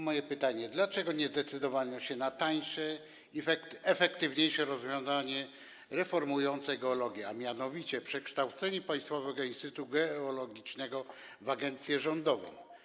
Moje pytanie: Dlaczego nie decydowano się na tańsze i efektywniejsze rozwiązanie reformujące geologię, a mianowicie przekształcenie Państwowego Instytutu Geologicznego w agencję rządową?